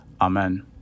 Amen